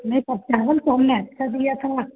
नहीं सर चावल तो हमने अच्छा दिया था आपको